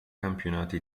campionati